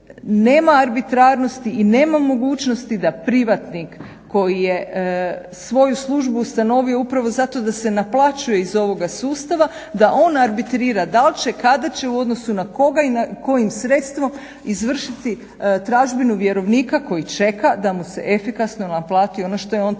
nema arbitrarnosti i nema mogućnosti da privatnik koji je svoju službu ustanovio zato da se naplaćuje iz ovoga sustava da on arbitrira da li će i kada će i u odnosu na koga i na kojim sredstvom izvršiti tražbinu vjerovnika koji čeka da mu se efikasno naplati ono što je on tražio,